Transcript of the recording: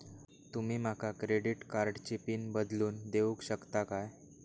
तुमी माका क्रेडिट कार्डची पिन बदलून देऊक शकता काय?